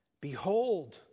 Behold